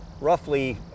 roughly